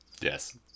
Yes